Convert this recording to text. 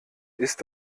ist